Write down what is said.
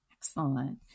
excellent